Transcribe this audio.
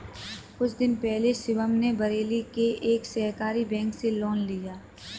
कुछ दिन पहले शिवम ने बरेली के एक सहकारी बैंक से लोन लिया